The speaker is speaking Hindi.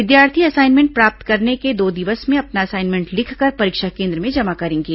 विद्यार्थी असाइनमेंट प्राप्त करने के दो दिवस में अपना असाइनमेंट लिखकर परीक्षा केन्द्र में जमा करेंगे